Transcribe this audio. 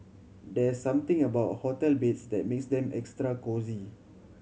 there's something about hotel beds that makes them extra cosy